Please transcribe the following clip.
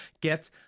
get